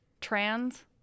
trans